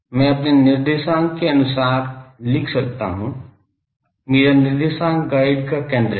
मैं अपने निर्देशांक के अनुसार लिख सकता हूं मेरा निर्देशांक गाइड का केंद्र है